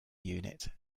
unit